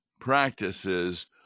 practices